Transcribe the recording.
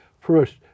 first